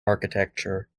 architecture